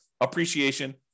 appreciation